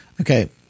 Okay